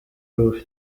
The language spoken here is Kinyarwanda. rubi